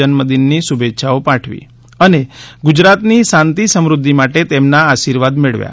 જન્મદિનની શુભેચ્છાઓ પાઠવી અને ગુજરાતની શાંતિ સમૃધ્યિ માટે તેમના આર્શીવાદ મેળવ્યા